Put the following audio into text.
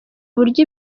uburyo